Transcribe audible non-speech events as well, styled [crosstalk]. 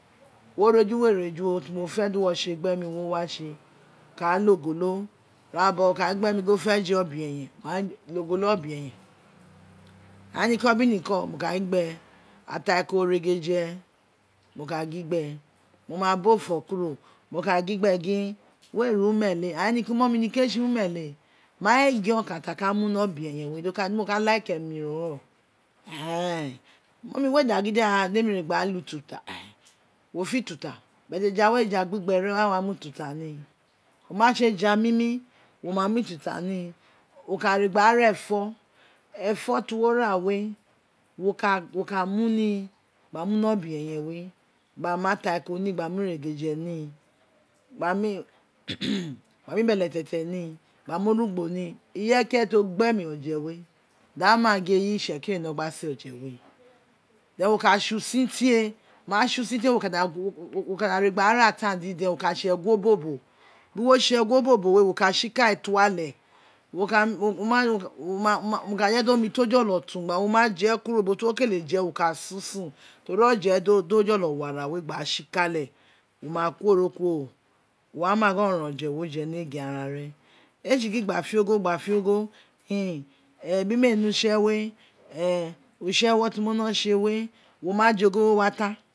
Wo ro eju wee ro eju o urun ti mo fe ohwo te igbe mi oo wa tse oka a lo ogola ira bobo oka gin gbe mi gin gin wo fe je oleeyan main lo ogolo obe eyan ai niko bin niko mo ka gin gbe mo ma bo fo kuro no ka gin gbe gin we n uwumele ain mummy niko ne ts uwumele man agin okan ta me mu ni ebe efen oe di mo ka like emi ro ren [unintelligible] mummy wei da ren [unintelligible] mummy we da gin da [hesitation] demi re gba ra lo ututa e wo fe ututa but eja we eja gbigbe ren a wa mu ututa mu ni o ma tse eja mimi wo ma mu ututa mu ni wo ka re gba ra ra efo, efo to wo ra we, wo ka mu mi wo ka nuni obe-eyen we gbu mu atako ni gba mu gherefi ni [noise] gba mu beletete ni gba mu orugbo ni, roe ireye ki irefe ti o ma gbo emi oje we, daghan man gin eyi itsekiri rei wino gba se eje we then wo ka tse usin tie, wo ma tse win tie wo ka da re gba ra tse win tie wo ka da re gba ra ra atan diden wo ka da tse egun obobo, bin wo tse egun obobo we wo ka tsikale to ale, wo ma [hesitation] uje ka je di omj ti ojolo tun gba wo ma je kuro ubo to wo kele je wo ka susun ten oje we do jolo wo ara we gba ra tsikale wo ma kuoro kuro, wo waima gin oronron oje wo je ni egin ara ne, ee tse gin gba te ogho, gba fe ogho [unintelligible] bin me ne utse we e utse ewo temi wino gba tse we wo ma je ogho we o wa tan